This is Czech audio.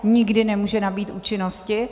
Nikdy nemůže nabýt účinnosti.